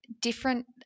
different